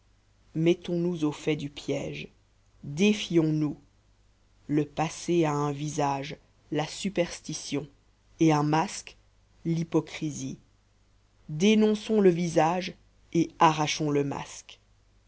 mettons-nous au fait du piège défions-nous le passé a un visage la superstition et un masque l'hypocrisie dénonçons le visage et arrachons le masque